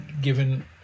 given